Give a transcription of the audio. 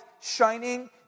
shining